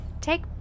Take